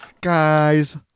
Guys